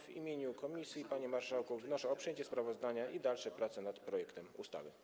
W imieniu komisji, panie marszałku, wnoszę o przyjęcie sprawozdania i dalsze prace nad projektem ustawy.